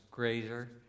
greater